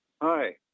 Hi